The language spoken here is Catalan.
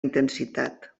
intensitat